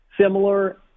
similar